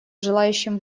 желающим